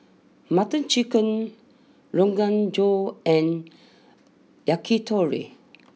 Butter Chicken Rogan Josh and Yakitori